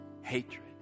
hatred